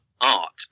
art